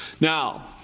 Now